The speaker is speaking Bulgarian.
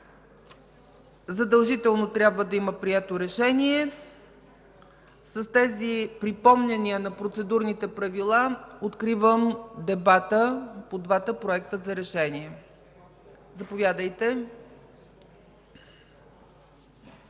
Задължително трябва да има прието решение. С тези припомняния на Процедурните правила откривам дебата по двата проекта за решение. Заповядайте,